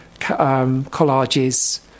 collages